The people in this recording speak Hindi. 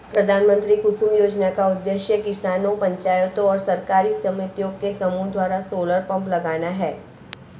प्रधानमंत्री कुसुम योजना का उद्देश्य किसानों पंचायतों और सरकारी समितियों के समूह द्वारा सोलर पंप लगाना है